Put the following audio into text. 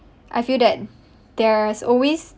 I feel that there's always